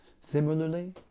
Similarly